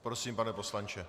Prosím, pane poslanče.